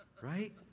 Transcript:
Right